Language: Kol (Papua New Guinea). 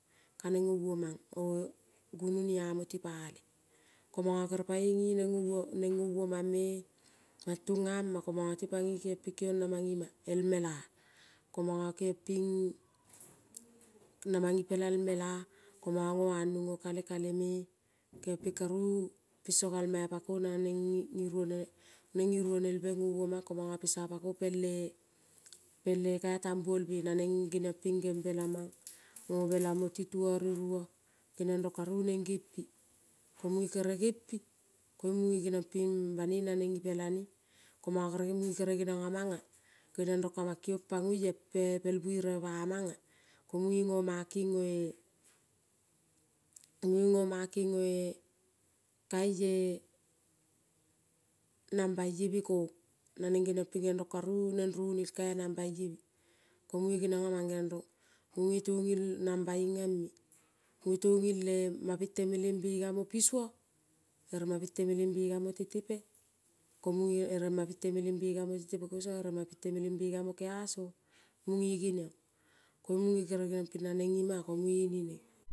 Kaneng ngovo mango gunoni amo tipale. Ko manga kere pae ngeneng ngovo, neng ngovo mang me mang tunga ma ko mangati pangong kiempi kiong namang ima el mela-a. Ko anongo kale kale me keompi karu piso gal ma pako naneng ngi ngi rone neng ngi ronelbe ngovo mang ko manga pisa pako pele, pele kai tabaol be naneng geniong ping gembe lamang ngobe lamo tutuong, ruruong genion rong karu neng gempi ko muge kere gempi koing muge geniong ping banoi naneng ipelane ko ma kere muge kere geniong amanga geniong rong kamang kiong pangoia pe pel vereve bamanga. Ko ngonge ngo making oe, ngo nge ngo making oe kaie nambaie be kong naneng geniong ping geong rong karu neng roniu kai nambaie. Ko muge geniong amang geong rong ngonge tongi il namba ingame. Ngonge tangil le ma pite meleng bega mo pisoa ere ma pite meleng bega mo tetepe ko munge ere ma pite meleng bega mo tetepe kosa ere ma pite meleng bega mo keaso. Munge geniong koing monge kere gempi naneng ima-a ko munge nge neng.